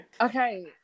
Okay